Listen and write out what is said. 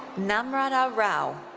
namrata rau.